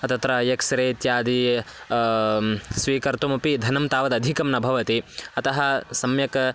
तत्र एक्स्रे इत्यादि स्वीकर्तुमपि धनं तावदधिकं न भवति अतः सम्यक्